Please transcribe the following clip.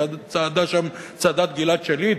וצעדה שם צעדת גלעד שליט,